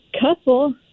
couple